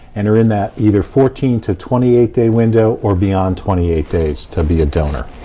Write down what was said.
and are in that either fourteen to twenty eight day window or beyond twenty eight days to be a donor.